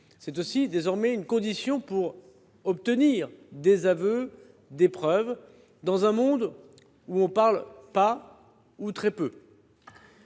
cela devient une condition pour obtenir des aveux et des preuves, dans un monde où l’on ne parle pas ou très peu,